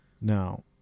Now